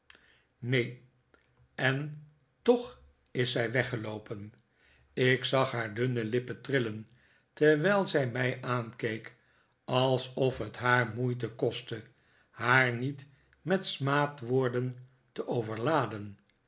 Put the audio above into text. neen en toch is zij weggeloopen ik zag haar dunne lippen trillen terwijl zij mij aankeek alsof het haar moeite kostte haar niet met smaadwoorden te overladen